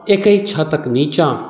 एकहि छतक नीचाँ